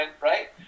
right